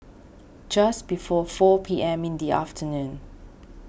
just before four P M in the afternoon